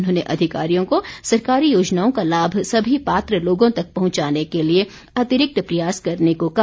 उन्होंने अधिकारियों को सरकारी योजनाओं का लाभ सभी पात्र लोगों तक पहुंचाने के लिए अतिरिक्त प्रयास करने को कहा